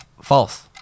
False